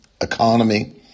economy